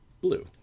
blue